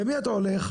למי אתה הולך?